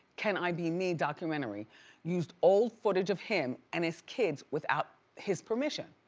can i be me documentary used old footage of him and his kids without his permission.